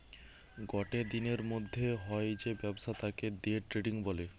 গটে দিনের মধ্যে হয় যে ব্যবসা তাকে দে ট্রেডিং বলে